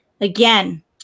Again